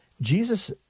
jesus